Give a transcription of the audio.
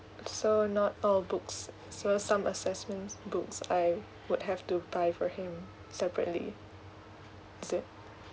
so not all books so some assessment books I would have to buy for him separately is it